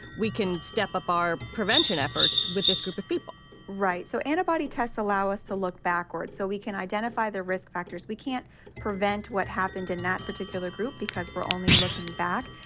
we can step up our prevention efforts with this group of people right. so antibody tests allow us to look backwards so we can identify the risk factors. we can't prevent what happened in that particular group because we're only looking back.